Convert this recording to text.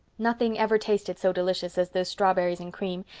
nothing ever tasted so delicious as those strawberries and cream,